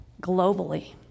Globally